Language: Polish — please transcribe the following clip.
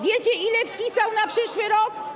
Wiecie, ile wpisał na przyszły rok?